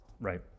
Right